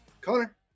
connor